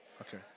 Okay